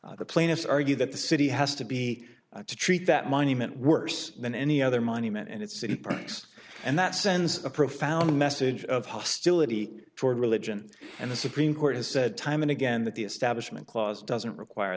plaintiffs argue that the city has to be to treat that monument worse than any other monument and it's in price and that sends a profound message of hostility toward religion and the supreme court has said time and again that the establishment clause doesn't require